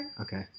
Okay